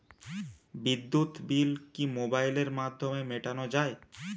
বিদ্যুৎ বিল কি মোবাইলের মাধ্যমে মেটানো য়ায়?